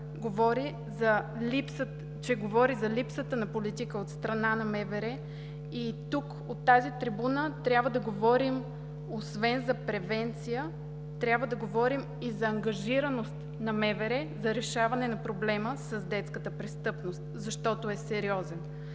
говори за липсата на политика от страна на МВР. Тук, от тази трибуна освен за превенция, трябва да говорим и за ангажираност на МВР за решаване на проблема с детската престъпност, защото е сериозен,